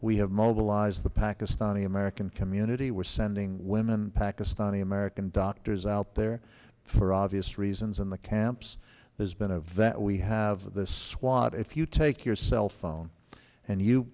we have mobilized the pakistani american community we're sending women pakistani american doctors out there for obvious tree since in the camps there's been a vet we have the swat if you take your cell phone and you